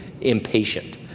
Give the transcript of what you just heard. impatient